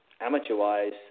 Amateur-wise